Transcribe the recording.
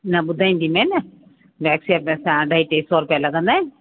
न ॿुधाईंदीमाव न वेक्स जा पेसा अढाई टे सौ रुपिया लॻंदा आहिनि